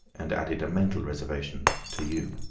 and added a mental reservation, to you.